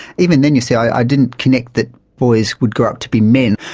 even then you see i didn't connect that boys would grow up to be men,